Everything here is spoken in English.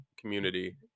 community